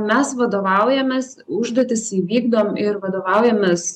mes vadovaujamės užduotis įvykdom ir vadovaujamės